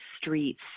streets